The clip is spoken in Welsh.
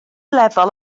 lefel